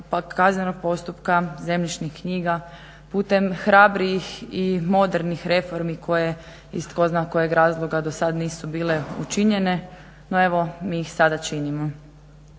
kaznenog postupka, zemljišnih knjiga, putem hrabrijih i modernih reformi koje iz tko zna kojeg razloga do sad nisu bile učinjene. No evo, mi ih sada činimo.